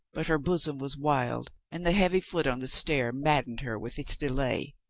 but her bosom was wild and the heavy foot on the stair mad dened her with its delay.